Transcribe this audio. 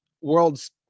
world's